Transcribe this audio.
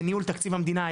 בניהול תקציב המדינה,